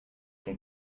sont